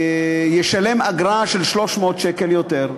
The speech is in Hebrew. ישלם תוספת של 300 שקל לאגרה.